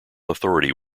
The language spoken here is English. authority